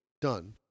done